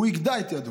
הוא יגדע את ידו.